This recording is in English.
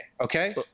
Okay